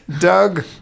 Doug